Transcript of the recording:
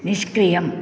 निष्क्रियम्